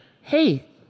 Hey